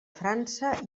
frança